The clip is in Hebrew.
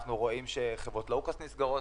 אנחנו רואים שחברות low cost נסגרות,